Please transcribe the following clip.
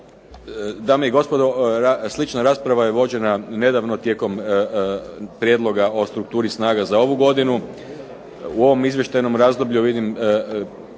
Dame i gospodo, slična rasprava je vođena nedavno tijekom prijedloga o strukturi snaga za ovu godinu. U ovom izvještajnom razdoblju vidim